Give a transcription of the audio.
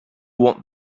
want